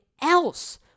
else